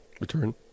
return